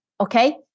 Okay